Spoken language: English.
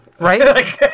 right